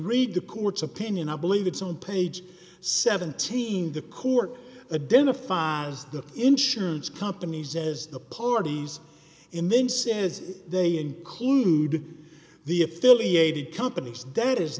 read the court's opinion i believe it's on page seventeen the court adin a file's the insurance companies as the parties in them says they include the affiliated companies dead is